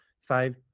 five